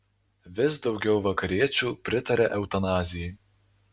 vis daugiau vakariečių pritaria eutanazijai